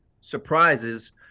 surprises